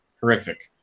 horrific